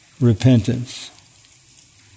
repentance